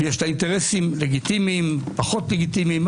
יש לה אינטרסים לגיטימיים ופחות לגיטימיים,